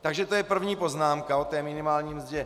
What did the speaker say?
Takže to je první poznámka o minimální mzdě.